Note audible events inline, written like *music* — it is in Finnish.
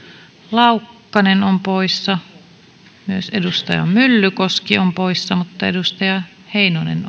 laukkanen on poissa myös edustaja myllykoski on poissa mutta edustaja heinonen *unintelligible*